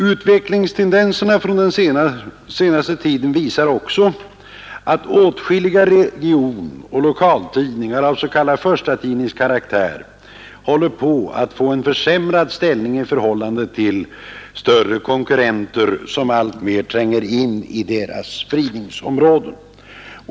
Utvecklingstendenserna från den senaste tiden visar att åtskilliga regionoch lokaltidningar av s.k. förstatidningskaraktär håller på att få en försämrad ställning i förhållande till större konkurrenter, som alltmer tränger in i deras spridningsområden.